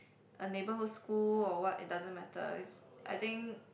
a neighborhood school or what it doesn't matter is I think